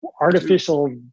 artificial